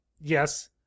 Yes